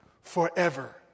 forever